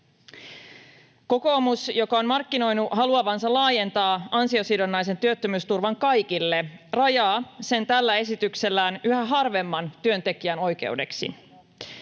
Kokoomus, joka on markkinoinut haluavansa laajentaa ansiosidonnaisen työttömyysturvan kaikille, rajaa sen tällä esityksellään yhä harvemman työntekijän oikeudeksi.